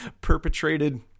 perpetrated